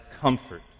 comfort